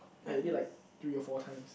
I ate like three or four times